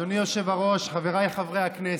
אדוני היושב-ראש, חבריי חברי הכנסת,